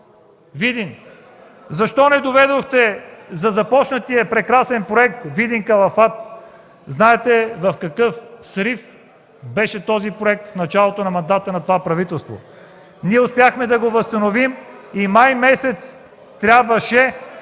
Видин? Защо не доведохте докрай започнатия прекрасен проект „Видин-Калафат”? Знаете в какъв срив беше този проект в началото на мандата на това правителство. Ние успяхме да го възстановим и месец май трябваше...